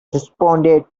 responded